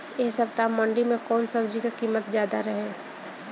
एह सप्ताह मंडी में कउन सब्जी के कीमत ज्यादा रहे?